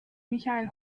michael